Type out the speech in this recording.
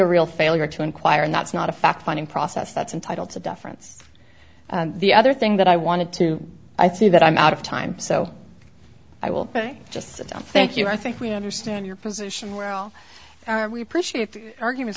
a real failure to inquire and that's not a fact finding process that's entitle to deference the other thing that i wanted to i see that i'm out of time so i will just sit down thank you i think we understand your position well we appreciate arguments